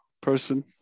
person